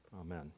Amen